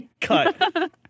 Cut